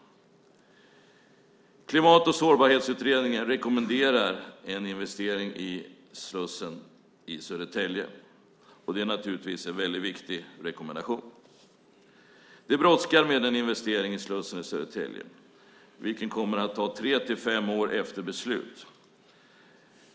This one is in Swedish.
Klimat och sårbarhetsutredningen rekommenderar en investering i slussen i Södertälje. Det är naturligtvis en väldigt viktig rekommendation. Det brådskar med en investering i slussen i Södertälje, vilken kommer att ta tre till fem år efter beslut.